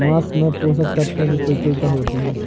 माँस में पोषक तत्त्वों की प्रचूरता होती है